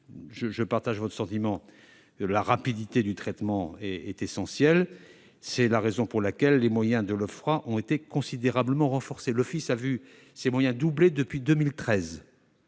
je partage votre sentiment, monsieur le sénateur : la rapidité du traitement est essentielle. C'est la raison pour laquelle les moyens de l'OFPRA ont été considérablement renforcés : l'office a vu ses moyens doubler depuis 2013